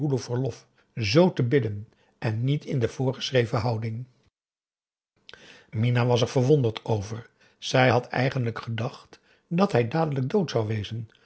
z te bidden en niet in de voorgeschreven houding minah was er verwonderd over zij had eigenlijk gedacht dat hij dadelijk dood zou wezen